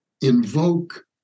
invoke